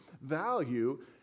value